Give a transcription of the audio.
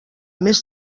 més